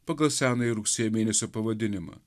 pagal senąjį rugsėjo mėnesio pavadinimą